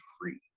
free